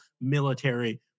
military